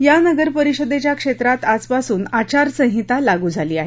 या नगरपरिषदेच्या क्षेत्रात आजपासून आचारसंहिता लागू झाली आहे